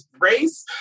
race